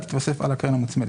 היא תתוסף על הקרן המוצמדת.